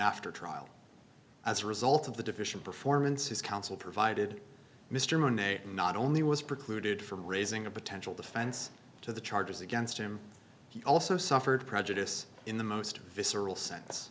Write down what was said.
after trial as a result of the deficient performance his counsel provided mr monet not only was precluded from raising a potential defense to the charges against him he also suffered prejudice in the most visceral sense